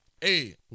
Hey